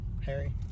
Harry